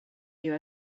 you